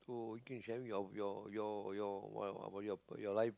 so in sharing your your your your wh~ wha~ about your life